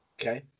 Okay